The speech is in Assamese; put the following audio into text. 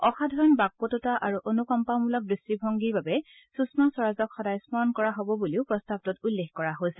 অসাধাৰণ বাকপটুটা আৰু অনুকম্পামূলক দৃষ্টিভঙ্গীৰ বাবে সূষমা স্বৰাজক সদায় স্মৰণ কৰা হব বুলিও প্ৰস্তাৱটোত উল্লেখ কৰা হৈছে